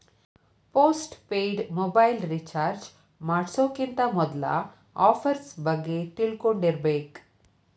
post paid mobile recharge ಮಾಡ್ಸೋಕ್ಕಿಂತ ಮೊದ್ಲಾ offers ಬಗ್ಗೆ ತಿಳ್ಕೊಂಡಿರ್ಬೇಕ್